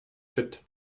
fit